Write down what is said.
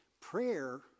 prayer